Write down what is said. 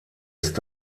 ist